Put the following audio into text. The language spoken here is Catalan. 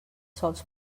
sols